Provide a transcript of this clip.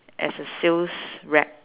as a sales rep